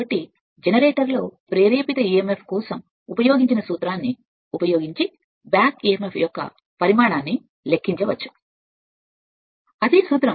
కాబట్టి ప్రేరేపిత emf generator కోసం సూత్రం ఉపయోగించి బ్యాక్ emf యొక్క పరిమాణాన్ని లెక్కించవచ్చు చేయవచ్చు